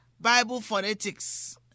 Bible-phonetics